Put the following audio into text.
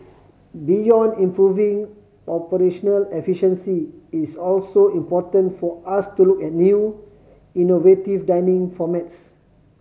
beyond improving operational efficiency it's also important for us to look at new innovative dining formats